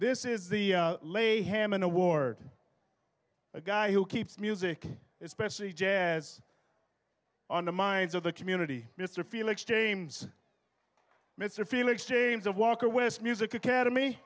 this is the lay him an award a guy who keeps music especially jazz on the minds of the community mr felix james mr felix james of walker wes music academy